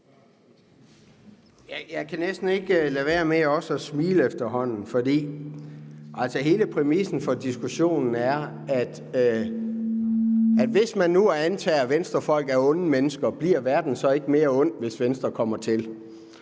næsten ikke lade være med at smile. Hele præmissen for diskussionen er, at hvis man nu antager, at Venstrefolk er onde mennesker, bliver verden mere ond, hvis Venstre kommer til.